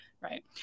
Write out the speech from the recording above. right